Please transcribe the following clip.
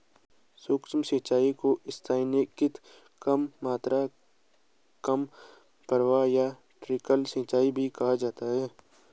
सूक्ष्म सिंचाई को स्थानीयकृत कम मात्रा कम प्रवाह या ट्रिकल सिंचाई भी कहा जाता है